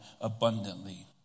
abundantly